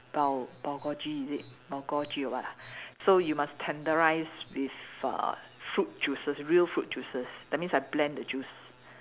err bulgogi is it bulgogi or what ah so you must tenderise with uh fruit juices real fruit juices that means I blend the juice